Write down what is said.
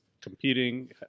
competing